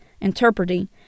interpreting